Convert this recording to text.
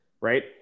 right